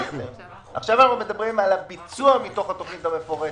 עכשיו אנחנו מדברים על הביצוע מתוך התוכנית המפורטת,